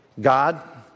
God